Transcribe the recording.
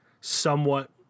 somewhat